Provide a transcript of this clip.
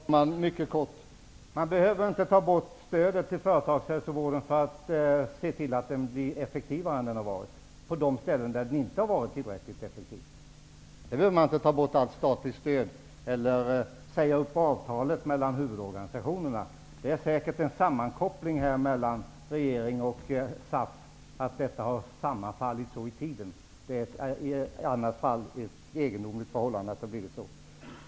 Fru talman! Mycket kort: Man behöver inte ta bort stödet till företagshälsovården för att se till att den blir effektivare på de ställen där den inte har varit tillräckligt effektiv. För det behöver man inte ta bort allt statligt stöd eller säga upp avtalet mellan huvudorganisationerna. Det är säkerligen en koppling mellan regeringen och SAF som har gjort att dessa företeelser sammanfallit så väl i tiden. Om så inte är förhållandet, vore det egendomligt.